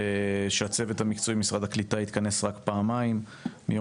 שהצוות המקצועי במשרד הקליטה התכנס רק פעמים מיום